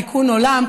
תיקון עולם.